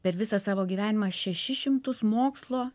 per visą savo gyvenimą šešis šimtus mokslo